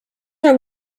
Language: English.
are